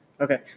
Okay